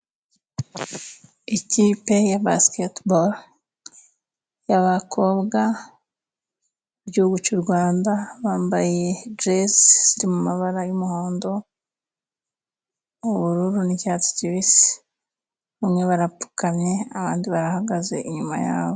Ikipe ya basiketiboro y'abakobwa y'iguhugu c'u Rwanda, bambaye jezi ziri mu mabara y'umuhondo, ubururu n'icyatsi kibisi, umwe barapfukamye abandi barahagaze inyuma yabo.